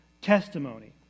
testimony